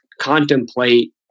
contemplate